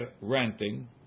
renting